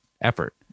effort